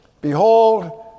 Behold